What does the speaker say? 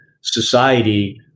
society